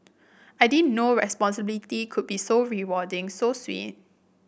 I didn't know responsibility could be so rewarding so sweet